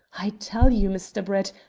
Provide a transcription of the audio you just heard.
i tell you, mr. brett,